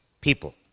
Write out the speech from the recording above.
people